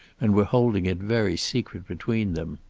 and were holding it very secret between them.